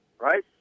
Right